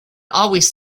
always